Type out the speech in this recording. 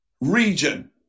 region